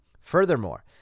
furthermore